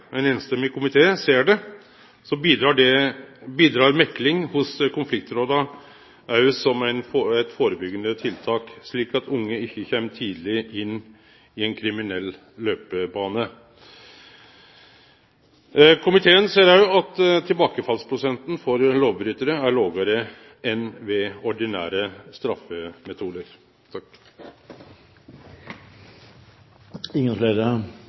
ein samrøystes komité ser det, bidreg mekling hos konfliktråda også som eit førebyggjande tiltak, slik at unge ikkje kjem tidleg inn i ein kriminell løpebane. Komiteen ser også at tilbakefallsprosenten for lovbrytarar er lågare enn ved ordinære straffemetodar.